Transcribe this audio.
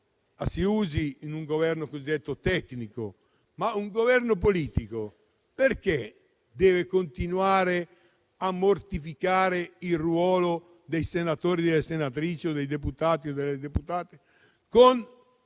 si usi in un Governo cosiddetto tecnico, ma perché un Governo politico deve continuare a mortificare il ruolo dei senatori e delle senatrici o dei deputati e delle deputate